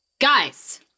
guys